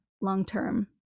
long-term